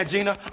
Gina